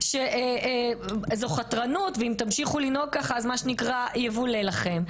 שזו חתרנות ושאם ימשיכו לנהוג ככה יבולע להם.